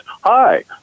hi